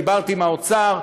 דיברתי עם האוצר,